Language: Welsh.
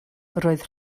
roedd